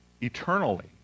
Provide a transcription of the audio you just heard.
eternally